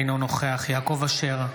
אינו נוכח יעקב אשר,